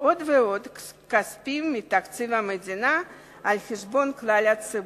עוד ועוד כספים מתקציב המדינה על חשבון כלל הציבור.